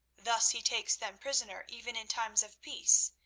thus he takes them prisoner even in times of peace,